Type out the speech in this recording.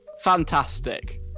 fantastic